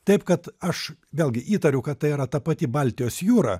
taip kad aš vėlgi įtariu kad tai yra ta pati baltijos jūra